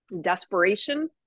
desperation